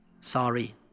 sorry